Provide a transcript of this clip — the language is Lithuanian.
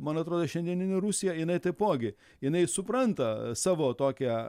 man atrodo šiandieninė rusija jinai taipogi jinai supranta savo tokią